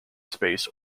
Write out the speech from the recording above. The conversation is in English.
space